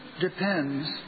depends